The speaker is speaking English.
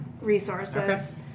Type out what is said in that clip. resources